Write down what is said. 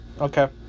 Okay